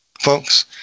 Folks